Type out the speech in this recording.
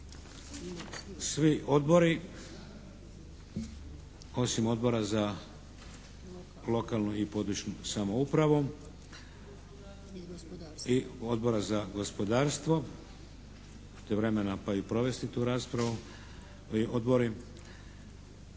svi odbori osim Odbora za lokalnu i područnu samoupravu i Odbora za gospodarstvo. … /Govornik se ne razumije./ … vremena pa i provesti tu raspravu i Odbori.